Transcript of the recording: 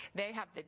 they have.